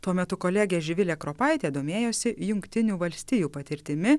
tuo metu kolegė živilė kropaitė domėjosi jungtinių valstijų patirtimi